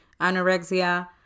anorexia